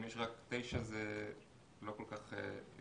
אם יש רק תשע זה לא כל כך מסתדר.